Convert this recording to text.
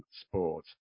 Sport